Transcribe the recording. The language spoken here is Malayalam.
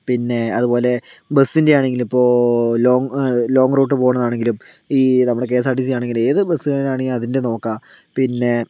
പിന്നെ അതുപോലെ ബസ്സിൻ്റെ ആണെങ്കിൽ ഇപ്പോൾ ലോങ്ങ് ലോങ്ങ് റൂട്ട് പോകുന്നതാണെങ്കിലും ഈ നമ്മുടെ കെഎസ്ആർടിസി ആണെങ്കിലും ഏത് ബസ്സിൻ്റെ ആണെങ്കിലും അതിൻ്റെ നോക്കാം പിന്നെ